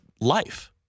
life